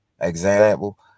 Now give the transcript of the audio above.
Example